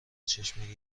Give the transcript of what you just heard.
چشم